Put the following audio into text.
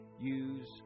use